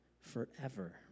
forever